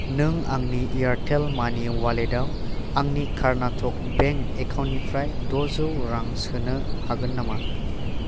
नों आंनि एयारटेल मानि वालेटाव आंनि कर्नाटक बेंक एकाउन्ट निफ्राय द'जौ रां सोनो हागोन नामा